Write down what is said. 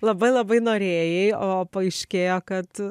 labai labai norėjai o paaiškėjo kad